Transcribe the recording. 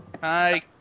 hi